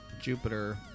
Jupiter